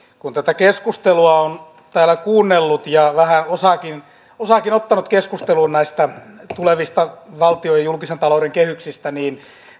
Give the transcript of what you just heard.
kun tätä keskustelua on täällä kuunnellut ja vähän osaakin osaakin ottanut keskusteluun näistä tulevista valtion ja julkisen talouden kehyksistä niin